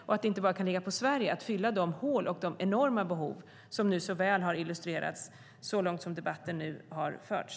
Det kan inte bara ligga på Sverige att fylla de hål och enorma behov som så väl har illustrerats här så långt debatten nu har förts.